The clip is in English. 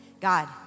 God